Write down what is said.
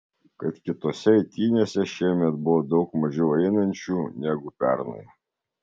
kad kitose eitynėse šiemet buvo daug mažiau einančių negu pernai